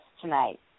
tonight